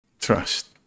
trust